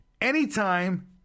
anytime